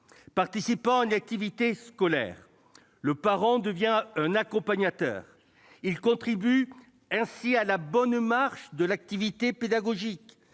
Participant à une activité scolaire, le parent devient un accompagnateur [...] Il contribue ainsi à la bonne marche de l'activité pédagogique.